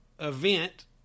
Event